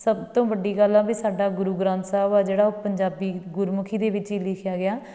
ਸਭ ਤੋਂ ਵੱਡੀ ਗੱਲ ਆ ਵੀ ਸਾਡਾ ਗੁਰੂ ਗ੍ਰੰਥ ਸਾਹਿਬ ਆ ਜਿਹੜਾ ਉਹ ਪੰਜਾਬੀ ਗੁਰਮੁਖੀ ਦੇ ਵਿੱਚ ਹੀ ਲਿਖਿਆ ਗਿਆ